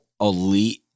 elite